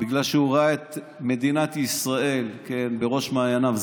בגלל שהוא ראה את מדינת ישראל, כן, בראש מעייניו.